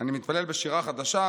אני מתפלל ב"שירה חדשה",